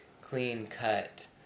clean-cut